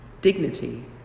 Dignity